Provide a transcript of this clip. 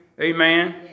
Amen